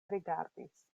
rigardis